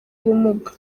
ubumuga